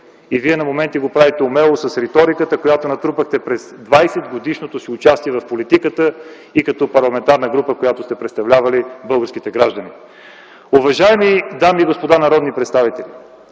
и вие на моменти го правите умело с риториката, която натрупахте през 20-годишното си участие в политиката и като парламентарна група, с която сте представлявали българските граждани. Уважаеми дами и господа народни представители,